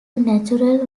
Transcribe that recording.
natural